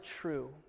true